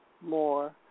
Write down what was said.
more